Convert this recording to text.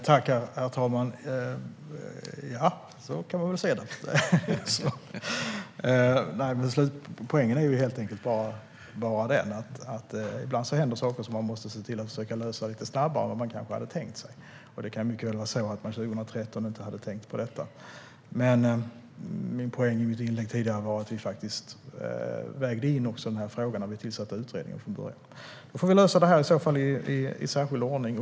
Herr talman! Ja, så kan man ju se det! Slutpoängen är helt enkelt bara att det ibland händer saker som man måste försöka lösa lite snabbare än man kanske hade tänkt sig. Det kan mycket väl vara så att man 2013 inte hade tänkt på detta. Min poäng i mitt tidigare inlägg var att vi vägde in också denna fråga från början när vi tillsatte utredningen. Vi får i så fall lösa detta i särskild ordning.